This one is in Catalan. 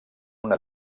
una